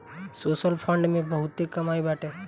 social fund में बहुते कमाई बाटे